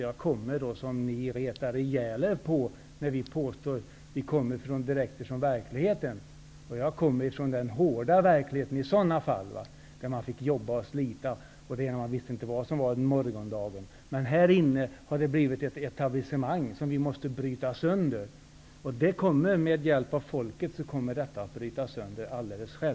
Jag kommer, vilket ni retar ihjäl er på, direkt från verkligheten. Jag kommer från den hårda verkligheten, där man fick jobba och slita och inte visste vad morgondagen skulle innebära. Men här inne har det skapats ett etablissemang, som vi måste bryta sönder. Med hjälp av folket kommer detta att ske.